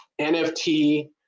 NFT